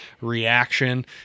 reaction